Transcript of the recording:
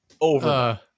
over